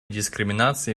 дискриминации